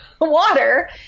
water